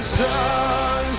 sun